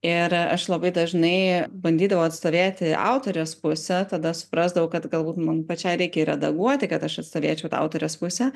ir aš labai dažnai bandydavau atstovėti autorės pusę tada suprasdavau kad galbūt man pačiai reikia ir redaguoti kad aš atstovėčiau tą autorės pusę